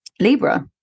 Libra